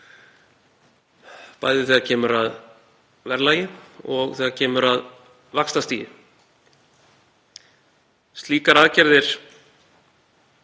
bæði þegar kemur að verðlagi og þegar kemur að vaxtastigi. Slíkar aðgerðir